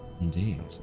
Indeed